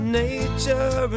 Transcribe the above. nature